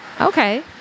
Okay